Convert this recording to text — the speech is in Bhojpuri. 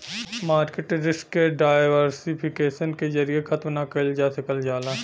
मार्किट रिस्क के डायवर्सिफिकेशन के जरिये खत्म ना कइल जा सकल जाला